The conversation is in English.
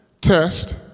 test